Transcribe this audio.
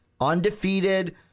Undefeated